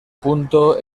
punto